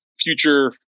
future